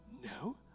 no